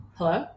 Hello